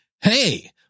Hey